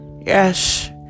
Yes